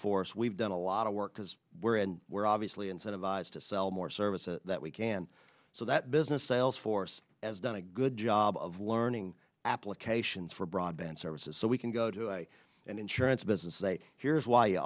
force we've done a lot of work because we're and we're obviously incentivized to sell more services that we can so that business sales force has done a good job of learning applications for broadband services so we can go to an insurance business say here's why